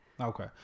okay